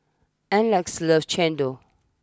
Aleck loves Chendol